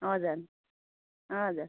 हजुर हजुर